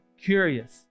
curious